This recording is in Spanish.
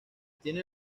tiene